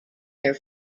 their